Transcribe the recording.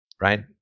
right